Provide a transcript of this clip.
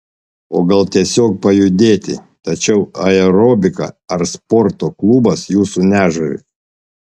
o gal tiesiog pajudėti tačiau aerobika ar sporto klubas jūsų nežavi